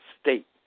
state